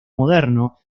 moderno